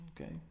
Okay